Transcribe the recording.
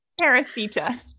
Parasita